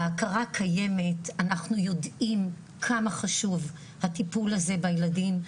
ההכרה קיימת אנחנו יודעים כמה חשוב הטיפול הזה בילדים,